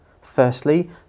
Firstly